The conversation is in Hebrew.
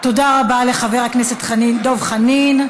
תודה רבה לחבר הכנסת דב חנין.